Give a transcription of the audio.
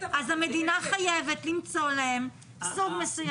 אז המדינה חייבת למצוא להם פתרון.